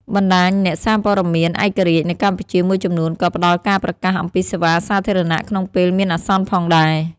បណ្តាញអ្នកសារព័ត៌មានឯករាជ្យនៅកម្ពុជាមួយចំនួនក៏ផ្តល់ការប្រកាសអំពីសេវាសាធារណៈក្នុងពេលមានអាសន្នផងដែរ។